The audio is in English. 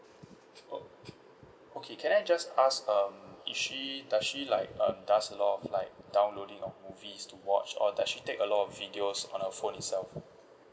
o~ okay can I just ask um is she does she like uh does a lot of like downloading of movies to watch or does she take a lot of videos on her phones itself